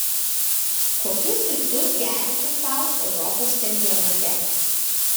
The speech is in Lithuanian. kokius tikslus keliate sau europos čempionate